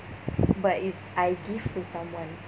but it's I give to someone